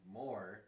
more